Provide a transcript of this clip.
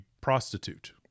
prostitute